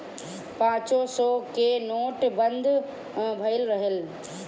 पांचो सौ के नोट बंद भएल रहल